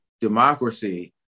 democracy